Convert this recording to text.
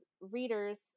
readers